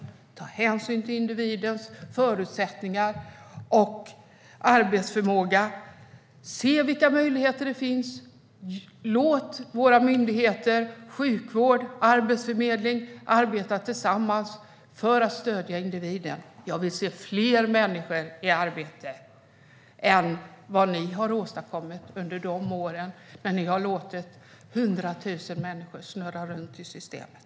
Vi vill att man tar hänsyn till individens förutsättningar och arbetsförmåga och ser vilka möjligheter som finns. Låt våra myndigheter, sjukvården och Arbetsförmedlingen arbeta tillsammans för att stödja individen. Jag vill se fler människor i arbete än vad ni åstadkom under de år då ni lät 100 000 människor snurra runt i systemet.